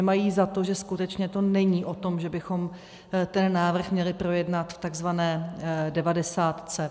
Mají za to, že skutečně to není o tom, že bychom ten návrh měli projednat v takzvané devadesátce.